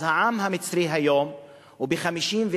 אז העם המצרי היום הוא ב-51%.